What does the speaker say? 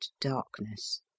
darkness